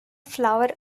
flower